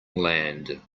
land